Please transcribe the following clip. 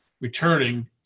returning